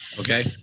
Okay